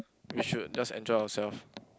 we should just enjoy ourself